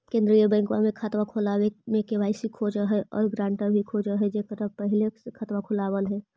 केंद्रीय बैंकवा मे खतवा खोलावे मे के.वाई.सी खोज है और ग्रांटर भी खोज है जेकर पहले से खाता खुलल है?